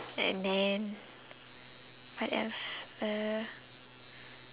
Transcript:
and then what else uh